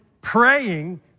praying